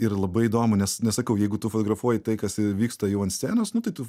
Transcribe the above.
yra labai įdomu nes nes sakau jeigu tu fotografuoji tai kas vyksta jau ant scenos nu tai tu